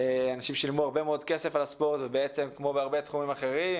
אנשים שילמו הרבה מאוד כסף על הספורט ובעצם כמו בתחומים אחרים,